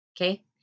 Okay